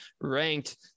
ranked